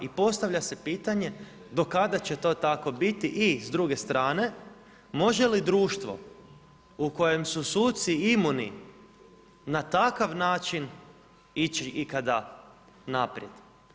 I postavlja se pitanje do kada će to tako biti i s druge strane, može li društvo u kojem su suci imuni na takav način ići ikada naprijed.